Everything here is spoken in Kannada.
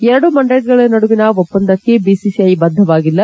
ಎರಡು ಮಂಡಳಗಳ ನಡುವಿನ ಒಪ್ಪಂದಕ್ಕೆ ಬಿಸಿಸಿಐ ಬದ್ದವಾಗಿಲ್ಲ